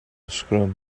sgrym